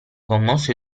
commosso